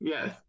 Yes